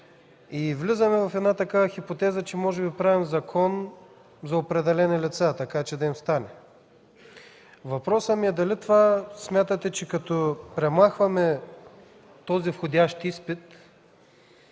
Влизаме в една такава хипотеза, че може би правим закон за определени лица, така че да им стане. Въпросът ми е: дали смятате, че като премахваме този входящ изпит,